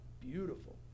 beautiful